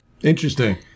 interesting